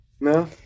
No